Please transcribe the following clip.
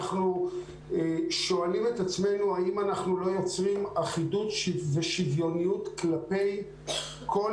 אנחנו שואלים את עצמנו האם אנחנו לא יוצרים אחידות ושוויוניות כלפי כל